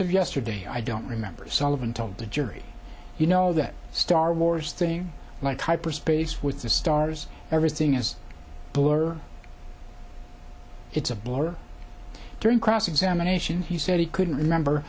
of yesterday i don't remember sullivan told the jury you know that star wars thing like hyperspace with the stars everything is blur it's a blur during cross examination he said he couldn't remember